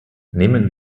nehmen